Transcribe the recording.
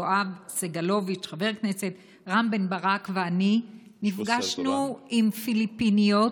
חברי הכנסת יואב סגלוביץ' ורם בן ברק ואני נפגשנו עם פיליפיניות,